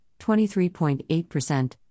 23.8%